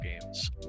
games